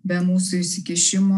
be mūsų įsikišimo